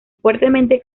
fuertemente